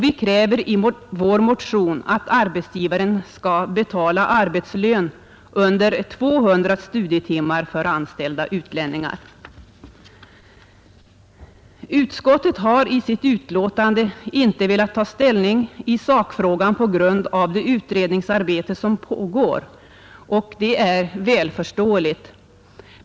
Vi kräver i vår motion att arbetsgivaren skall betala arbetslön under 200 studietimmar för anställda utlänningar. Utskottet har i sitt utlåtande inte velat ta ställning till sakfrågan på grund av det utredningsarbete som pågår, och det är välförståeligt.